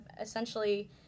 essentially